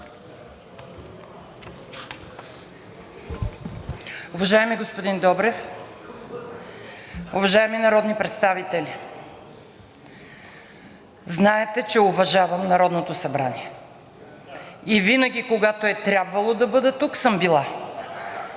Уважаеми господин Добрев, уважаеми народни представители, знаете, че уважавам Народното събрание, и винаги когато е трябвало да бъда тук, съм била.